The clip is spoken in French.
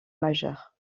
majeures